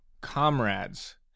comrades